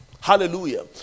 hallelujah